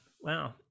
wow